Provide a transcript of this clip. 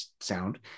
sound